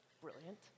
brilliant